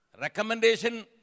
Recommendation